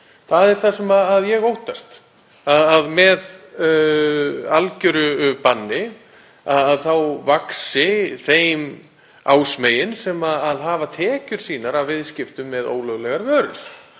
Það er það sem ég óttast, að með algeru banni þá vaxi þeim ásmegin sem hafa tekjur sínar af viðskiptum með ólöglegar vörur